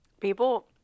People